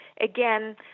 again